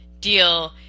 deal